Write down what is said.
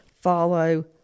follow